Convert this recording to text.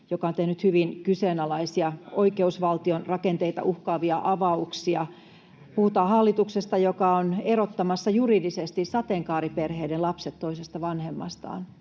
joka on tehnyt hyvin kyseenalaisia oikeusvaltion rakenteita uhkaavia avauksia. Puhutaan hallituksesta, joka on erottamassa juridisesti sateenkaariperheiden lapset toisesta vanhemmastaan.